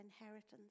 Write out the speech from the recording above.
inheritance